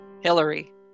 Hillary